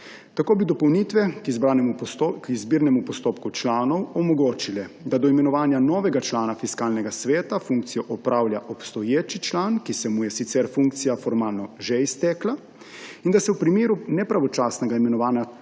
Tako bi dopolnitve k izbirnemu postopku članov omogočile, da do imenovanja novega člana Fiskalnega sveta funkcijo opravlja obstoječi član, ki se mu je sicer funkcija formalno že iztekla, in da se v primeru nepravočasnega imenovanja